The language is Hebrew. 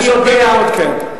יש הרבה מאוד כן.